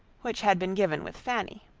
which had been given with fanny.